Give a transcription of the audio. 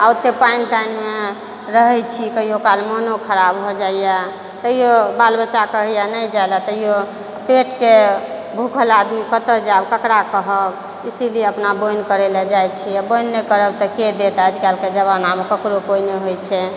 आओर ओते पानि तानिमे रहै छी कहियो काल मोनो खराब हो जाइए कहियो बाल बच्चा कहैए नहि जाइ लए तैयो पेटके भुखल आदमी कतय जायब ककरा कहब इसलिये अपना बोनि करै लिए जाइ छियै बोनि नहि करब तऽ के देत आज कलके जमानामे ककरो कोइ नहि होइ छै